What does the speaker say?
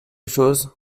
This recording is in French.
chose